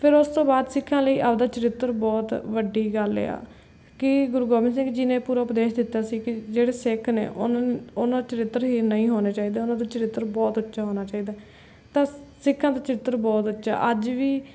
ਫਿਰ ਉਸ ਤੋਂ ਬਾਅਦ ਸਿੱਖਾਂ ਲਈ ਆਪਦਾ ਚਰਿੱਤਰ ਬਹੁਤ ਵੱਡੀ ਗੱਲ ਆ ਕਿ ਗੁਰੂ ਗੋਬਿੰਦ ਸਿੰਘ ਜੀ ਨੇ ਪੂਰਾ ਉਪਦੇਸ਼ ਦਿੱਤਾ ਸੀ ਕਿ ਜਿਹੜੇ ਸਿੱਖ ਨੇ ਉਨ ਉਨ੍ਹਾਂ ਚਰਿੱਤਰਹੀਣ ਨਹੀਂ ਹੋਣਾ ਚਾਹੀਦੇ ਉਨ੍ਹਾਂ ਦਾ ਚਰਿੱਤਰ ਬਹੁਤ ਉੱਚਾ ਹੋਣਾ ਚਾਈਦਾ ਤਾਂ ਸਿੱਖਾਂ ਦਾ ਚਰਿੱਤਰ ਬਹੁਤ ਉੱਚਾ ਅੱਜ ਵੀ